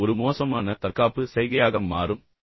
அது ஒரு மோசமான தற்காப்பு சைகையாக மாறும்